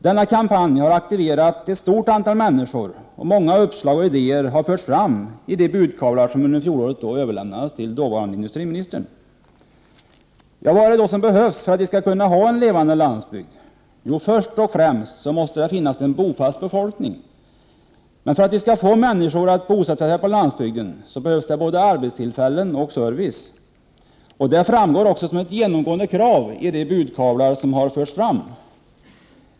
Denna kampanj har aktiverat ett stort antal människor, och många uppslag och idéer har förts fram i och med de budkavlar som under fjolåret överlämnades till dåvarande industriministern. Vad är det då som behövs för att vi skall kunna ha en levande landsbygd? Jo, först och främst måste det finnas en bofast befolkning där, Men för att vi skall få människor att bosätta sig på landsbygden behövs det både arbetstillfällen och service. Det framstår som ett genomgående krav i de budkavlar som har förts fram.